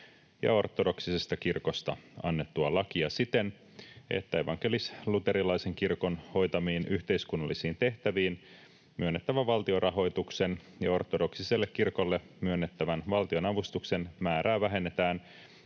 ja ortodoksisesta kirkosta annettua lakia siten, että evankelis-luterilaisen kirkon hoitamiin yhteiskunnallisiin tehtäviin myönnettävän valtionrahoituksen ja ortodoksiselle kirkolle myönnettävän valtionavustuksen määrää vähennetään